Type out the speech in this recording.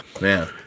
man